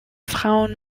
frauen